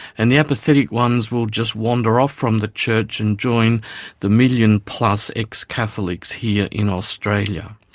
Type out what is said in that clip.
and the apathetic ones will just wander off from the church and join the million plus ex-catholics here in australia.